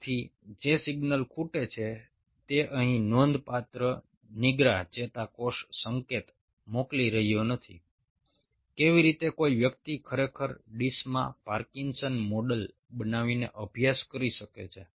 તેથી જે સિગ્નલ ખૂટે છે તે અહીં નોંધપાત્ર નિગ્રા ચેતાકોષ સંકેત મોકલી રહ્યો નથી કેવી રીતે કોઈ વ્યક્તિ ખરેખર ડીશમાં પાર્કિન્સન મોડેલ બનાવીને અભ્યાસ કરી શકે છે